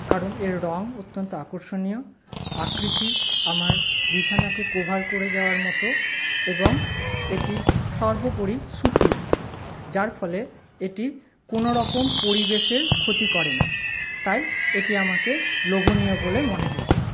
কারণ এর রঙ অত্যন্ত আকর্ষণীয় আকৃতি আমার বিছানাকে কোভার করে যাওয়ার মতো এবং এটি সর্বোপরি সুতির যার ফলে এটি কোনোরকম পরিবেশের ক্ষতি করে না তাই এটি আমাকে লোভনীয় বলে মনে হয়েছে